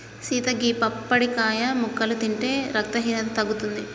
సీత గీ పప్పడికాయ ముక్కలు తింటే రక్తహీనత తగ్గుతుంది